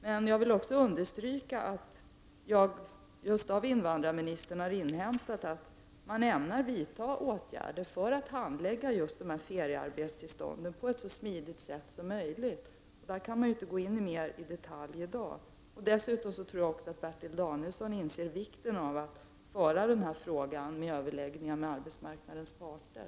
Men jag vill understryka att jag just av invandrarministern har inhämtat att man ämnar vidta åtgärder för att handlägga feriearbetstillstånden på ett så smidigt sätt som möjligt. Jag kan inte gå in mer i detalj på detta i dag. Dessutom tror jag att Bertil Danielsson inser vikten av att ta upp frågan i överläggningar med arbetsmarknadens parter.